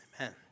Amen